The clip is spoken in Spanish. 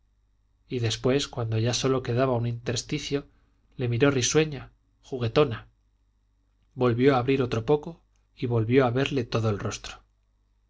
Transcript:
y después cuando ya sólo quedaba un intersticio le miró risueña juguetona volvió a abrir otro poco y volvió a verle todo el rostro